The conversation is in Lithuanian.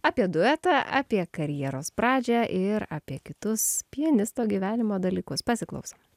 apie duetą apie karjeros pradžią ir apie kitus pianisto gyvenimo dalykus pasiklausom